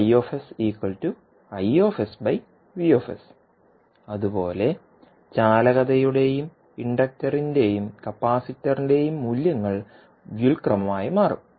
അതുപോലെ ചാലകതയുടെയും ഇൻഡക്റ്ററിന്റെയും കപ്പാസിറ്ററിന്റെയും മൂല്യങ്ങൾ വ്യുൽക്രമം ആയി മാറും